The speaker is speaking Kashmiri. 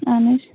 اَہَن حظ